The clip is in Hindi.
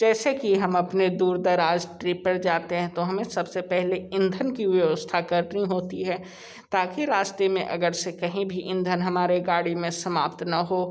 जैसे कि हम अपने दूर दराज़ ट्रिप पर जाते हैं तो हमें सब से पहले ईंधन की व्यवस्था करनी होती है ताकि रास्ते में अगर से कहीं भी ईंधन हमारे गाड़ी में समाप्त ना हो